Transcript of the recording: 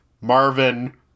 Marvin